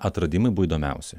atradimai buvo įdomiausi